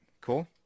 cool